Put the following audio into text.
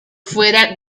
fuera